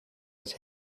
his